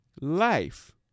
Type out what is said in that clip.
life